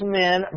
men